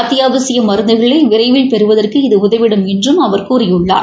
அத்தியாவசிய மருந்துகளை விரைவில் பெறுவதற்கு இது உதவிடும் என்றும் அவர் கூறியுள்ளார்